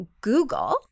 Google